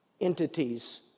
entities